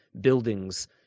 buildings